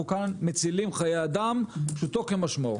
אנחנו מצילים חיי אדם, פשוטו כמשמעו.